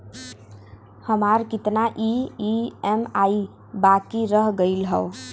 हमार कितना ई ई.एम.आई बाकी रह गइल हौ?